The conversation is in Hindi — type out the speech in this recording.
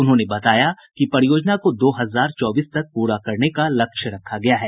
उन्होंने बताया कि परियोजना को दो हजार चौबीस तक प्रा करने का लक्ष्य रखा गया है